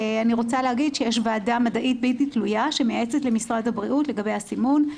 יש ועדה מדעית בלתי תלויה שמייעצת למשרד הבריאות לגבי הסימון.